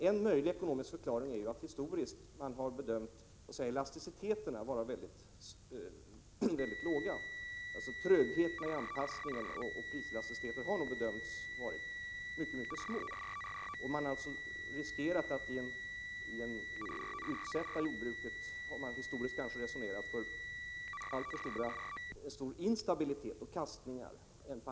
En möjlig ekonomisk förklaring är att man historiskt har bedömt elasticiteterna som väldigt låga. Man har nog konstaterat trögheterna i anpassningen och bedömt priselasticiteten som mycket liten. Historiskt har man kanske resonerat så att man jämfört med andra områden inte velat riskera att utsätta jordbruket för alltför stor instabilitet och alltför tvära kast.